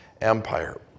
empire